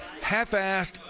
half-assed